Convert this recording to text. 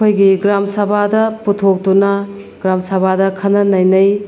ꯑꯩꯈꯣꯏꯒꯤ ꯒ꯭ꯔꯥꯝ ꯁꯥꯕꯗ ꯄꯨꯊꯣꯛꯇꯨꯅ ꯒ꯭ꯔꯥꯝ ꯁꯥꯕꯗ ꯈꯟꯅ ꯅꯩꯅꯩ